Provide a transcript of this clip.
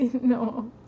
no